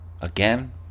again